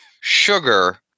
sugar